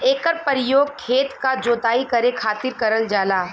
एकर परयोग खेत क जोताई करे खातिर करल जाला